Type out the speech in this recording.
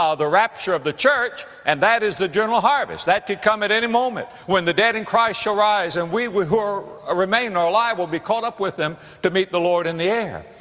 the rapture of the church and that is the general harvest. that could come at any moment, when the dead in christ shall rise and we, we who are ah remain or alive will be caught up with them to meet the lord in the air.